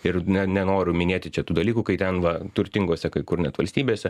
ir ne nenoriu minėti čia tų dalykų kai ten va turtingose kai kur net valstybėse